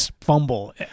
fumble